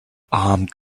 armed